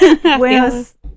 Buenos